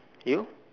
you